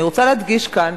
אני רוצה להדגיש כאן,